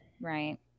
Right